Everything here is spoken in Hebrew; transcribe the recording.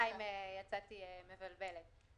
סליחה אם יצאתי מבלבלת.